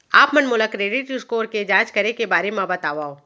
आप मन मोला क्रेडिट स्कोर के जाँच करे के बारे म बतावव?